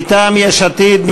מטעם יש עתיד,